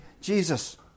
Jesus